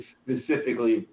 specifically